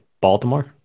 Baltimore